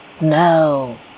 No